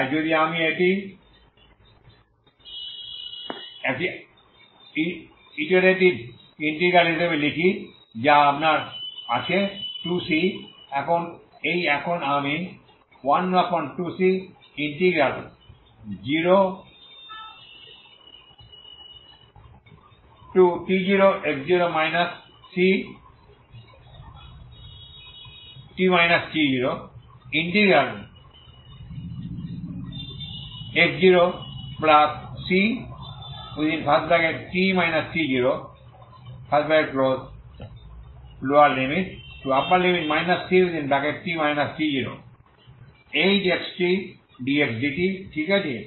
তাই যদি আমি এটি একটি আইটেরিটিভ ইন্টিগ্রাল হিসাবে লিখি যা আপনার আছে 2c এখন এই এখন আমি 12c0t0x0cx0 chxt dx dt ঠিক আছে